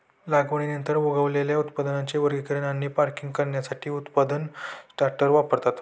लागवडीनंतर उगवलेल्या उत्पादनांचे वर्गीकरण आणि पॅकिंग करण्यासाठी उत्पादन सॉर्टर वापरतात